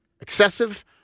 Excessive